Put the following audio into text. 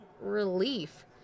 relief